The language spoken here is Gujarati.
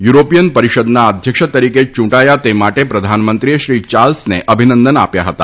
યુરોપીયન પરિષદના અધ્યક્ષ તરીકે યુંટાયા તે માટે પ્રધાનમંત્રીએ શ્રી યાર્લ્સને અભિનંદન આપ્યા હતા